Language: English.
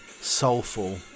soulful